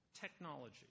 Technology